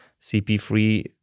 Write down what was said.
CP3